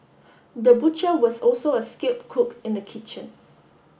the butcher was also a skilled cook in the kitchen